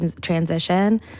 transition